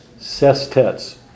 sestets